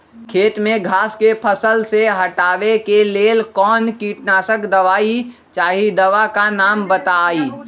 खेत में घास के फसल से हटावे के लेल कौन किटनाशक दवाई चाहि दवा का नाम बताआई?